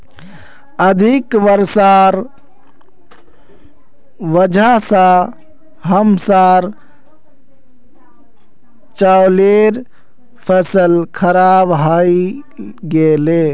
अधिक वर्षार वजह स हमसार चावलेर फसल खराब हइ गेले